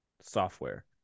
software